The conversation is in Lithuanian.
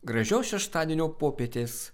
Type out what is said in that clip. gražios šeštadienio popietės